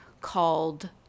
called